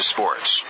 Sports